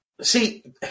see